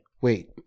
Wait